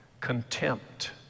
contempt